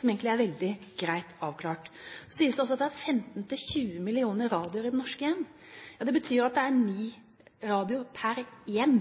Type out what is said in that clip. som egentlig er veldig greit avklart. Det sies at det er 15–20 mill. radioer i norske hjem. Det betyr at det er ni radioer per hjem.